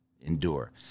endure